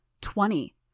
Twenty